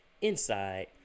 inside